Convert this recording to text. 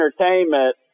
entertainment